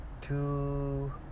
two